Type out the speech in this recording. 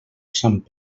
sant